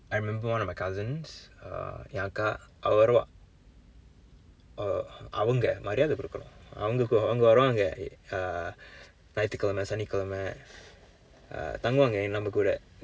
I remember one of my cousins uh என் அக்கா அவள் வருவாள்:en akkaa aval varuvaal uh அவங்க மரியாதை கொடுக்கணும் அவங்க அவங்க வருவாங்க:avangka varuvaangka uh ஞாயிற்றுக்கிழமை சனிக்கிழமை:nyaayirrukkizhamai sanikkizhamai uh தங்குவாங்க நம்ம கூட:thankuvaangka namma kuuda